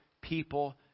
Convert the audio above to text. people